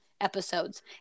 episodes